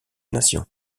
nations